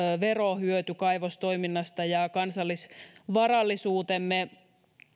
verohyöty kaivostoiminnasta ja kansallisvarallisuutemme